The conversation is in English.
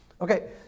Okay